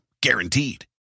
Guaranteed